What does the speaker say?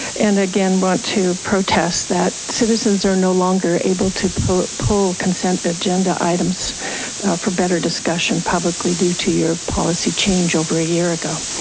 and again want to protest that citizens are no longer able to poll poll consent agenda items for better discussion publicly due to your policy change over a year ago.